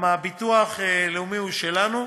כי הביטוח הלאומי הוא שלנו,